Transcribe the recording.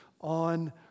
on